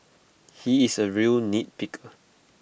he is A real nitpicker